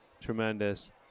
Tremendous